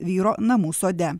vyro namų sode